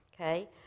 okay